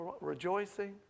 rejoicing